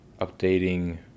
updating